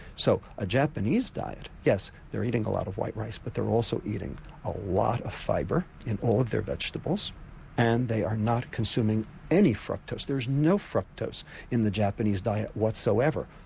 so a japanese diet yes, they're eating a lot of white rice but they are also eating a lot of fibre in all of their vegetables and they are not consuming any fructose. there is no fructose in the japanese diet whatsoever,